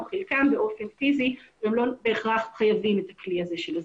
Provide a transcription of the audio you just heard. חלקם באופן פיזי והם לא בהכרח חייבים את הכלי הזה של ה-זום.